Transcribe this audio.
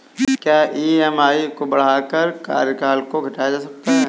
क्या ई.एम.आई को बढ़ाकर कार्यकाल को घटाया जा सकता है?